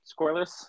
scoreless